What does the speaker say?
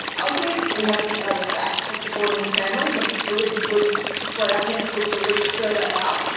i think we have to go back to supporting the families. and it would be good for our tentacles to reach further out.